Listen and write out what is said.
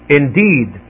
indeed